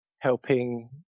helping